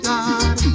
God